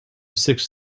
six